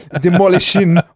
demolishing